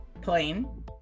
Plain